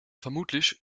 vermutlich